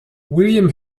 william